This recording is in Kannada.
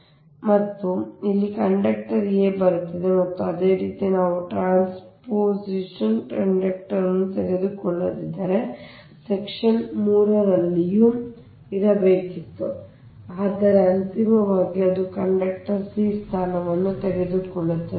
ಆದ್ದರಿಂದ ಇದು ಇಲ್ಲಿ ಕಂಡಕ್ಟರ್ a ಬರುತ್ತಿದೆ ಮತ್ತು ಅದೇ ರೀತಿ ನಾವು ಟ್ರಾನ್ಸ್ಪೋಸಿಷನ್ ಕಂಡಕ್ಟರ್ ಅನ್ನು ತೆಗೆದುಕೊಳ್ಳದಿದ್ದರೆ ಸೆಕ್ಷನ್ 3 ರಲ್ಲಿಯೂ ಇರಬೇಕಿತ್ತು ಆದರೆ ಅಂತಿಮವಾಗಿ ಅದು c ಸ್ಥಾನವನ್ನು ತೆಗೆದುಕೊಳ್ಳುತ್ತದೆ